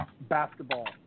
basketball